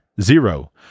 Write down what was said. zero